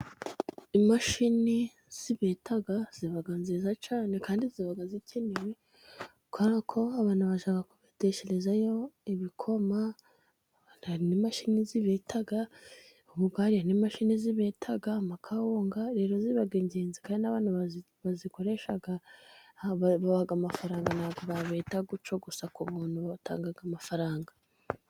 Imashini z'ibeta ziba nziza cyane, kandi ziba zikenewe kubera ko abantu bajya kubetesherezayo ibikoma. Hari imashini zibeta ubugari n'imashini zibeta kawunga. Rero biba ingenzi kandi n'abantu bazikoresha babaha amafaranga, nta bwo babeta gutyo gusa ku buntu batanga amafaranga.